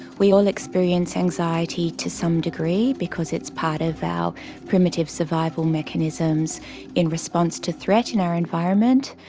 we all experience anxiety to some degree because it's part of our primitive survival mechanisms in response to threat in our environment.